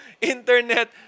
internet